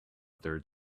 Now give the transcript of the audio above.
third